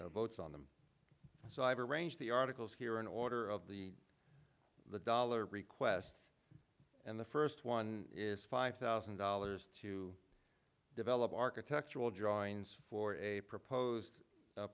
votes on them so i've arranged the articles here in order of the the dollars request and the first one is five thousand dollars to develop architectural drawings for a proposed